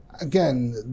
Again